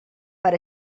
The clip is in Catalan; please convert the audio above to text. per